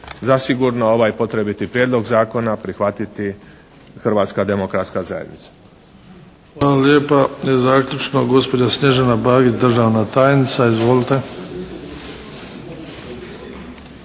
zasigurno ovaj potrebiti prijedlog zakona prihvatiti Hrvatska demokratska zajednica.